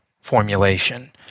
formulation